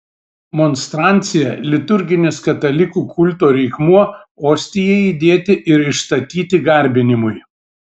monstrancija liturginis katalikų kulto reikmuo ostijai įdėti ir išstatyti garbinimui